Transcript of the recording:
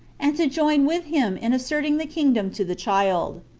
and to join with him in asserting the kingdom to the child.